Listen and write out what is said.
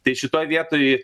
tai šitoj vietoj